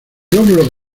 glóbulos